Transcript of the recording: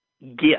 gift